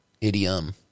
Idiom